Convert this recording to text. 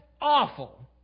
awful